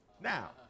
Now